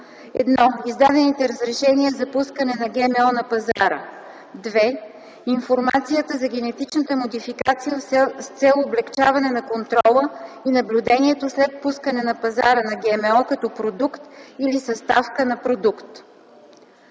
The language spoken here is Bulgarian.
1. издадените разрешения за пускане на ГМО на пазара; 2. информацията за генетичната модификация с цел облекчаване на контрола и наблюдението след пускане на пазара на ГМО като продукт или съставка на продукт.”